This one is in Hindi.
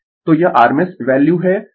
तो यह rms वैल्यू है सभी rms वैल्यू है